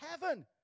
heaven